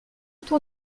tour